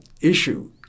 issue